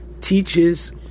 teaches